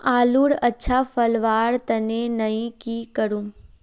आलूर अच्छा फलवार तने नई की करूम?